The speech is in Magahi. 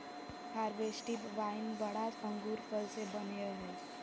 हर्बेस्टि वाइन बड़ा अंगूर फल से बनयय हइ